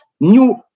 new